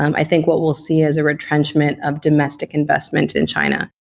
i think what we'll see is a retrenchment of domestic investment in china.